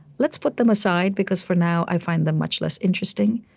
let's put them aside, because for now, i find them much less interesting,